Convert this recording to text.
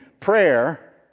prayer